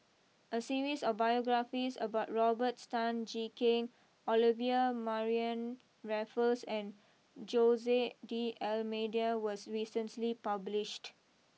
a series of biographies about Robert Tan Jee Keng Olivia Mariamne Raffles and Jose D Almeida was recently published